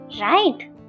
right